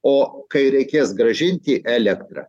o kai reikės grąžinti elektrą